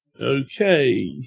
Okay